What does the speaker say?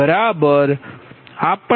0000520